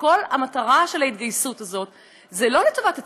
כשכל המטרה של ההתגייסות הזאת זה לא טובת הציבור,